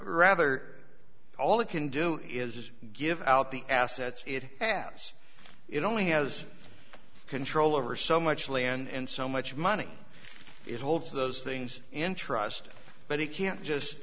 rather all it can do is give out the assets it halves it only has control over so much les and so much money it holds those things in trust but he can't just